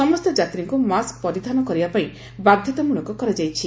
ସମସ୍ତ ଯାତ୍ରୀଙ୍କୁ ମାସ୍କ ପରିଧାନ କରିବା ପାଇଁ ବାଧ୍ୟତାମୂଳକ କରାଯାଇଛି